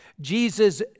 jesus